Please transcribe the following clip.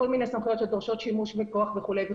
כל מיני סמכויות שדורשות שימוש בכוח וכולי,